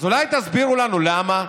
אז אולי תסבירו לנו למה?